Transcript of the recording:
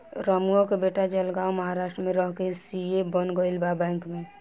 रमुआ के बेटा जलगांव महाराष्ट्र में रह के सी.ए बन गईल बा बैंक में